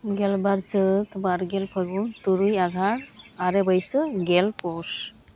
ᱜᱮᱞ ᱵᱟᱨ ᱪᱟᱹᱛ ᱵᱟᱨᱜᱮᱞ ᱯᱷᱟᱹᱜᱩᱱ ᱛᱩᱨᱩᱭ ᱟᱜᱷᱟᱲ ᱟᱨᱮ ᱵᱟᱹᱭᱥᱟᱹᱠᱷ ᱜᱮᱞ ᱯᱳᱥ